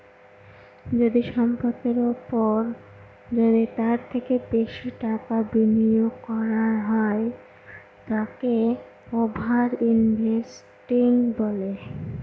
যদি সম্পত্তির ওপর যদি তার থেকে বেশি টাকা বিনিয়োগ করা হয় তাকে ওভার ইনভেস্টিং বলে